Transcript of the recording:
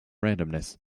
randomness